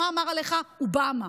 מה אמר עליך אובמה.